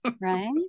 right